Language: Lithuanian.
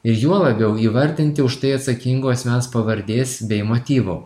ir juo labiau įvardinti už tai atsakingo asmens pavardės bei motyvų